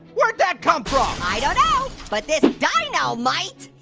where'd that come from? i don't know, but this dino might!